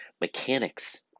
mechanics